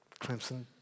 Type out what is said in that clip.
Clemson